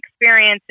experiences